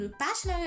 passion